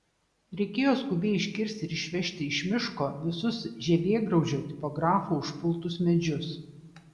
reikėjo skubiai iškirsti ir išvežti iš miško visus žievėgraužio tipografo užpultus medžius